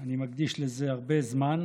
אני מקדיש לזה הרבה זמן,